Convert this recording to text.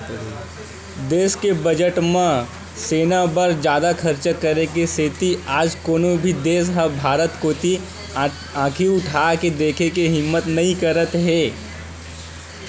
देस के बजट म सेना बर जादा खरचा करे के सेती आज कोनो भी देस ह भारत कोती आंखी उठाके देखे के हिम्मत नइ करत हे